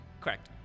Correct